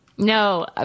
No